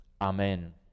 Amen